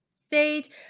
stage